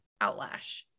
outlash